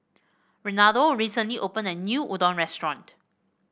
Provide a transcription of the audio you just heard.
Renaldo recently opened a new Udon Restaurant